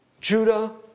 Judah